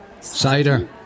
Cider